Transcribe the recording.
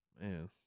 man